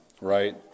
right